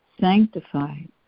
sanctified